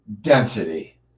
density